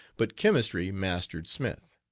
but chemistry mastered smith.